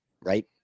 right